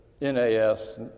NAS